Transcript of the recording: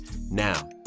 now